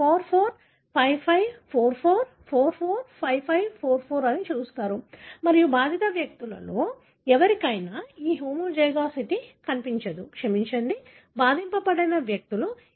మీరు 4 4 5 5 4 4 4 4 5 5 4 4 అని చూస్తారు మరియు బాధిత వ్యక్తులలో ఎవరికైనా ఆ హోమోజైగోసిటీ కనిపించదు క్షమించండి బాధింపబడని వ్యక్తులు